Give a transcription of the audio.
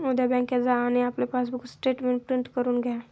उद्या बँकेत जा आणि आपले पासबुक स्टेटमेंट प्रिंट करून घ्या